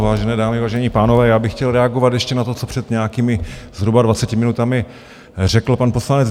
Vážené dámy, vážení pánové, já bych chtěl reagovat ještě na to, co před nějakými zhruba dvaceti minutami řekl pan poslanec Bělobrádek.